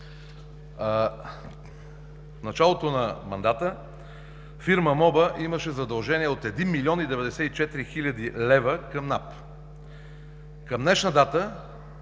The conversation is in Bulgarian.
В началото на мандата фирма „МОБА“ имаше задължения от 1 млн. 94 хил. лв. към НАП. Към днешна дата